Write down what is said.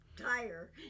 tire